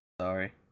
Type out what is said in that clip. Sorry